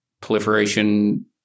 proliferation